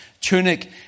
tunic